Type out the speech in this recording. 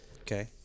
Okay